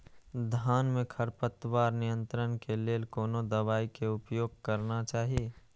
धान में खरपतवार नियंत्रण के लेल कोनो दवाई के उपयोग करना चाही?